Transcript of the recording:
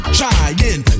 trying